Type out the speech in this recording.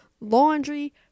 laundry